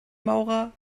maurer